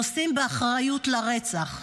נושאים באחריות לרצח,